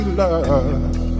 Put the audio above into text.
love